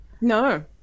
No